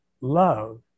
love